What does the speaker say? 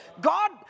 God